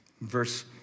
verse